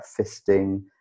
fisting